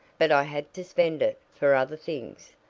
but i had to spend it for other things,